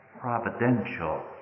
providential